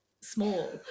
small